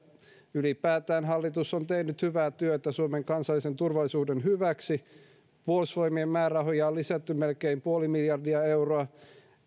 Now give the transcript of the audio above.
ylipäätään hallitus on tehnyt hyvää työtä suomen kansallisen turvallisuuden hyväksi puolustusvoimien määrärahoja on lisätty melkein puoli miljardia euroa